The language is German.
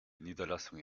niederlassung